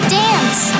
dance